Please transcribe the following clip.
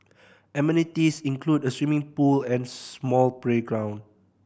amenities include a swimming pool and small playground